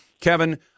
Kevin